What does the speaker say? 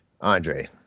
Andre